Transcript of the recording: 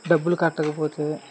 డబ్బులు కట్టకపోతే